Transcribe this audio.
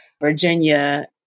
Virginia